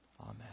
Amen